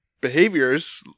behaviors